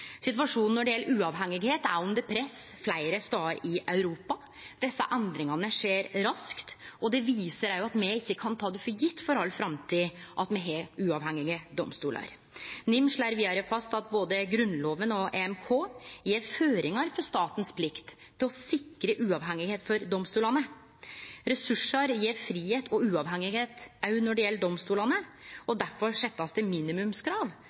Situasjonen når det gjeld uavhengigheit, er under press fleire stader i Europa. Desse endringane skjer raskt, og det viser at me ikkje kan ta det for gitt for all framtid at me har uavhengige domstolar. NIM slår vidare fast at både Grunnlova og EMK gjev føringar for statens plikt til å sikre uavhengigheit for domstolane. Ressursar gjev fridom og uavhengigheit, også når det gjeld domstolane, og difor blir det